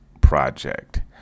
project